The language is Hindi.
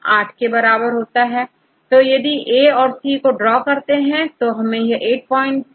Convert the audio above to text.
8 तो यदि आप A औरC को ड्रॉ करते हैं तो यह8 2 होगा